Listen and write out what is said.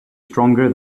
stronger